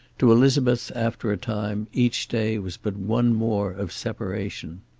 to elizabeth, after a time, each day was but one more of separation.